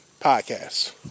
Podcasts